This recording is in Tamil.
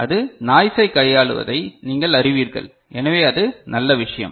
இது நாய்சை கையாளுவதை நீங்கள் அறிவீர்கள் எனவே அது நல்ல விஷயம்